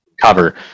cover